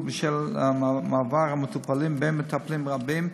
בשל מעבר המטופלים בין מטפלים רבים,